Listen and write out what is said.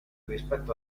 rispetto